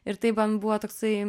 ir tai man buvo toksai